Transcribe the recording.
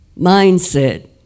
mindset